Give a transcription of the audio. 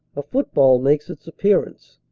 a football makes its appearance.